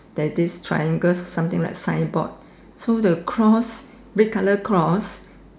there this triangle something like signboard so the cloth red colour cloth